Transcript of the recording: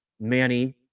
manny